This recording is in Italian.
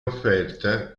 offerta